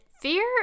fear